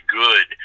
good